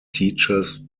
teachers